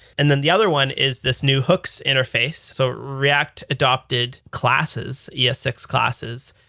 and then the other one is this new hooks interface. so react adopted classes, e s six classes,